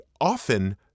often